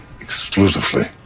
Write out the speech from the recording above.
exclusively